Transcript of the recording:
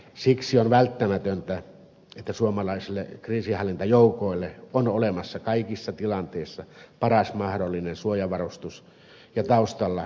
siksi on välttämätöntä että suomalaisille kriisinhallintajoukoille on olemassa kaikissa tilanteissa paras mahdollinen suojavarustus ja taustalla kattava koulutus